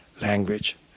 language